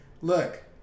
Look